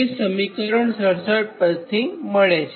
જે સમીકરણ 67 પરથી મળે છે